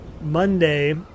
monday